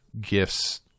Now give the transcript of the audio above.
gifts